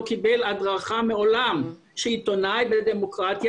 קיבל הדרכה מעולם שעיתונאי בדמוקרטיה,